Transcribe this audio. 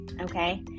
okay